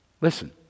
Listen